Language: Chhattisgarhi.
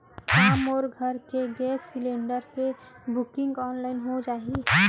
का मोर घर के गैस सिलेंडर के बुकिंग ऑनलाइन हो जाही?